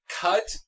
cut